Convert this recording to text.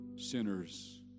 sinners